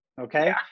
Okay